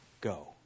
go